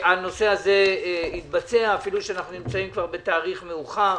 שהנושא הזה יתבצע אפילו שאנחנו נמצאים כבר בתאריך מאוחר.